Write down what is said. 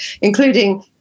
including